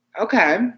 Okay